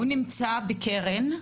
נמצא בקרן.